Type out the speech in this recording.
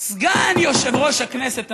סגן יושב-ראש הכנסת המהולל,